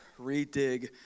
Redig